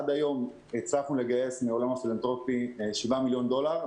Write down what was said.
עד היום הצלחנו לגייס מהעולם הפילנטרופי 7 מיליון דולר.